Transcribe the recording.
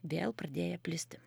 vėl pradėję plisti